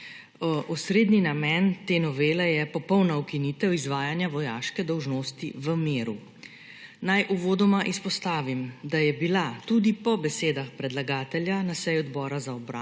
Osrednji namen te novele je popolna ukinitev izvajanja vojaške dolžnosti v miru. Naj uvodoma izpostavim, da je bila tudi po besedah predlagatelja na seji Odbora za obrambo